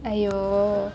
!aiyo!